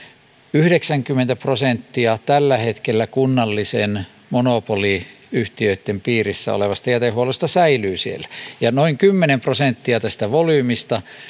yhdeksänkymmentä prosenttia tällä hetkellä kunnallisten monopoliyhtiöitten piirissä olevasta jätehuollosta säilyy siellä ja noin kymmenen prosenttia tästä volyymista